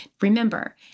Remember